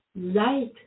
Light